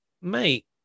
mate